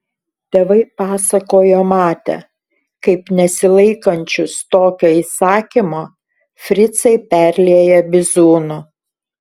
tėvai pasakojo matę kaip nesilaikančius tokio įsakymo fricai perlieja bizūnu